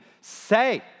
say